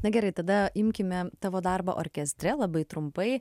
na gerai tada imkime tavo darbą orkestre labai trumpai